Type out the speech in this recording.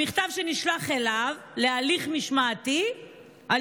המכתב על הליך משמעתי נשלח אליו על